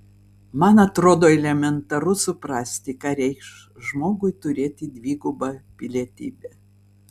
man atrodo elementaru suprasti ką reikš žmogui turėti dvigubą pilietybę